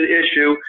issue